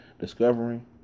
discovering